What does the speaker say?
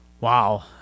Wow